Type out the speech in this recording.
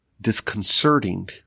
disconcerting